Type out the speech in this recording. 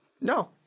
no